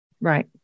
Right